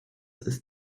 ist